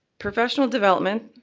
professional development,